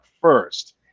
first